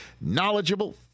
knowledgeable